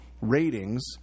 ratings